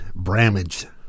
Bramage